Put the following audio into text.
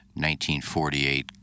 1948